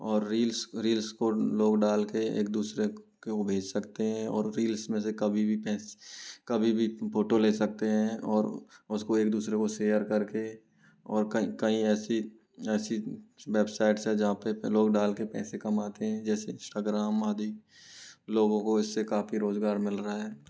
और reels reels को लोग डाल के एक दूसरे को भेज सकते हैं और रिल्स में से कभी भी कभी भी फोटो ले सकते हैं और उसको एक दूसरे को शेयर करके और कई कई ऐसी ऐसी वेबसाइट्स है जहाँ पे लोग डाल के पैसे कमाते हैं जैसे इंस्टाग्राम आदि लोगों को इससे काफ़ी रोजगार मिल रहा है